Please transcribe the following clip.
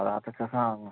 راتَس چھِ آسان آنگنَس منٛز